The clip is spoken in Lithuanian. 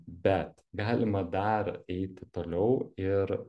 bet galima dar eiti toliau ir